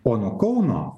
o nuo kauno